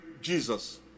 Jesus